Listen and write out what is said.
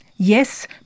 Yes